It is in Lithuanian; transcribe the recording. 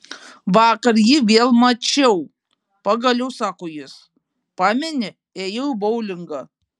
vakar jį vėl mačiau pagaliau sako jis pameni ėjau į boulingą